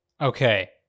Okay